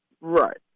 Right